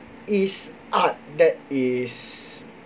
is art that is